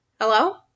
hello